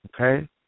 okay